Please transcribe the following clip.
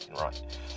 right